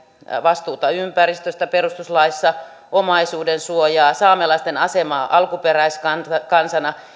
vastuuta ympäristöstä perustuslaissa omaisuudensuojaa saamelaisten asemaa alkuperäiskansana